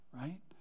right